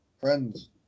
friends